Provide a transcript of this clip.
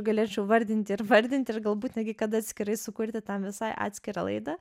galėčiau vardinti ir vardinti ir galbūt netgi kad atskirai sukurti tam visai atskirą laidą